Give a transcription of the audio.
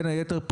בין היתר,